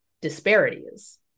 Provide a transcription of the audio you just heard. disparities